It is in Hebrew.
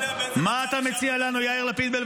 מה אתה מציע לנו בלבנון, יאיר לפיד?